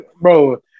Bro